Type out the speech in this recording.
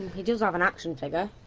he does have an action figure.